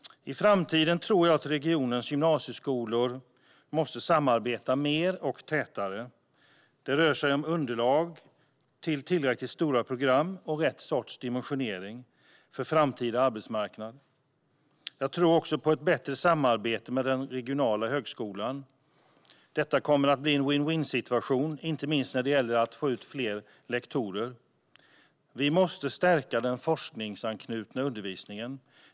I framtiden tror jag att regionens gymnasieskolor måste samarbeta mer och tätare. Det rör sig om underlag till tillräckligt stora program och rätt sorts dimensionering för framtida arbetsmarknad. Jag tror också på ett bättre samarbete med den regionala högskolan. Detta kommer att bli en vinn-vinnsituation, inte minst när det gäller att få ut fler lektorer. Vi måste stärka den forskningsanknutna undervisningen.